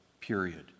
period